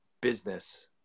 business